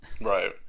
Right